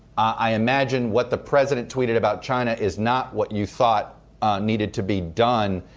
i imagine what the president tweeted about china is not what you thought needed to be done.